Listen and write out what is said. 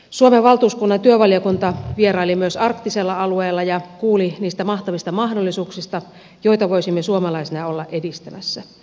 suomen valtuuskunnan työvaliokunta vieraili myös arktisella alueella ja kuuli niistä mahtavista mahdollisuuksista joita voisimme suomalaisina olla edistämässä